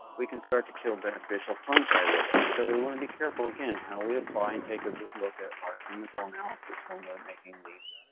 we can start to kill beneficial fungi with it. so we want to be careful, again, how we apply. and take a good look at our chemical analysis when we're making these